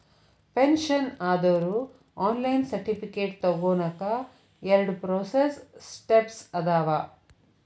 pension ಆದೋರು online certificate ತೊಗೋನಕ ಎರಡ ಪ್ರೋಸೆಸ್ ಸ್ಟೆಪ್ಸ್ ಅದಾವ